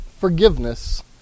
forgiveness